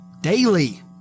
daily